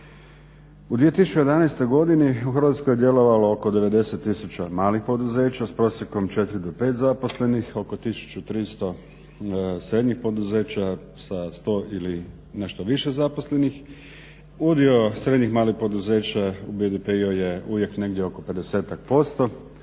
U 2011. godini u Hrvatskoj je djelovalo oko 90 tisuća malih poduzeća s prosjekom 4 do 5 zaposlenih, oko 1300 srednjih poduzeća sa 100 ili nešto više zaposlenih. Udio srednjih malih poduzeća u BDP-u bio je uvijek negdje oko 50-ak